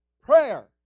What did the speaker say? prayer